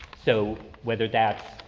so whether that's,